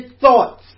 thoughts